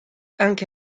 anche